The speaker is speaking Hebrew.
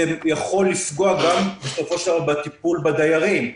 זה יכול לפגוע גם בסופו של דבר בטיפול בדיירים.